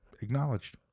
acknowledged